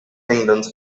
kingdoms